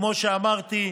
כמו שאמרתי,